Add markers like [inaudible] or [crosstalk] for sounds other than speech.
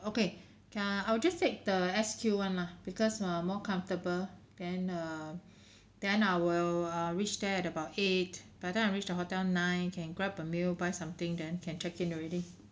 okay c~ err I will just take the S_Q [one] lah because err more comfortable then err [breath] then I will uh reach there at about eight by the time I reach the hotel nine can grab a meal buy something then can check in already